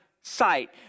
sight